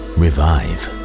revive